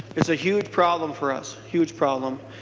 there's a huge problem for us. huge problem.